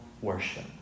worship